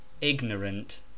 ignorant